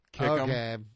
okay